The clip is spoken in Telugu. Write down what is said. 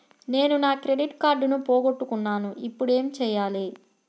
నేను నా క్రెడిట్ కార్డును పోగొట్టుకున్నాను ఇపుడు ఏం చేయాలి?